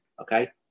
Okay